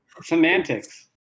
Semantics